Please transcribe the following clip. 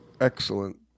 Excellent